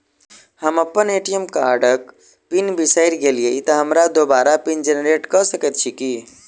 हम अप्पन ए.टी.एम कार्डक पिन बिसैर गेलियै तऽ हमरा दोबारा पिन जेनरेट कऽ सकैत छी की?